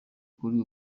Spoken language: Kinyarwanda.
kuri